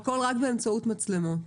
הכול רק באמצעות מצלמות.